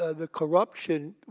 ah the corruption,